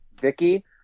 vicky